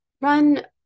run